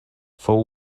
fou